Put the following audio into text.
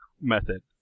method